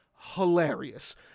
hilarious